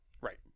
Right